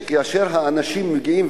שכאשר האנשים מגיעים,